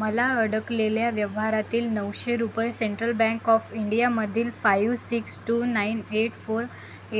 मला अडकलेल्या व्यवहारातील नऊशे रुपये सेंट्रल बँक ऑफ इंडिया मधील five six two nine eight four